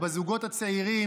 את הזוגות הצעירים,